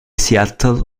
seattle